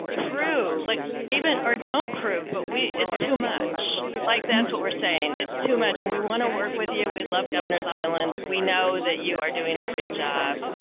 prove like even, or don't prove, but it's too much. like, that's what we're saying. it's too much and we want to work with you. we love governor's island. we know that you are doing a great job.